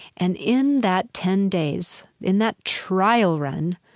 and in that ten days, in that trial run,